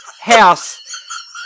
house